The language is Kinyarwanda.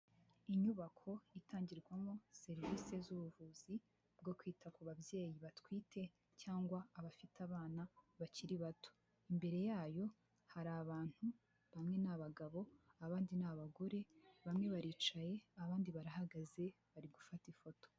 Inyubako itangirwamo serivisi z'ubuvuzi bwo kwita ku babyeyi batwite cyangwa abafite abana bakiri bato, imbere yayo hari abantu bamwe ni abagabo abandi ni abagore, bamwe baricaye abandi barahagaze, bari gufata ifoto.